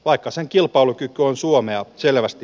vaikka sen kilpailukyky on suomea selvästi